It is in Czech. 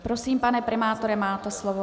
Prosím, pane primátore, máte slovo.